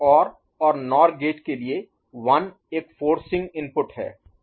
OR और NOR gate के लिए 1 एक फोर्सिंग इनपुट है